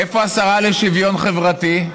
איפה השרה לשוויון חברתי?